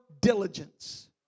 diligence